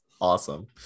Awesome